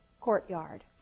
courtyard